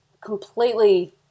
completely